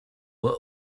were